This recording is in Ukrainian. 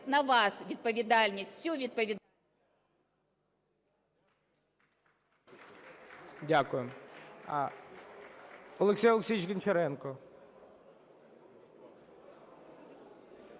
на вас відповідальність, всю відповідальність...